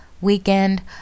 weekend